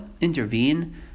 Intervene